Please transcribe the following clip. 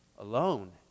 alone